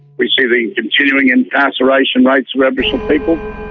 we see the continuing incarceration rates of aboriginal people,